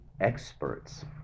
experts